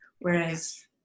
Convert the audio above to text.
Whereas